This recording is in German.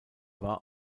war